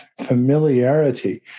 familiarity